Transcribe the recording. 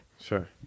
Sure